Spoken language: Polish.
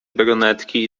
brunetki